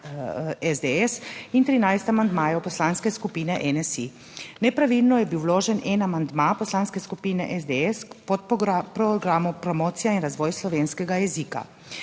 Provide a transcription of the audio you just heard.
SDS in 13 amandmajev Poslanske skupine NSi. Nepravilno je bil vložen en amandma Poslanske skupine SDS k podprogramu Promocija in razvoj slovenskega jezika.